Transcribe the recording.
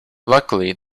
luckily